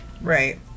Right